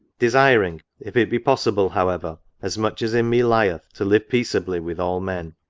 desiring, if it be possible, however, as much as in me lieth, to live peaceably with all men.